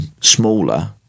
smaller